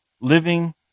living